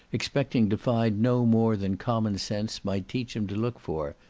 expecting to find no more than common sense might teach him to look for,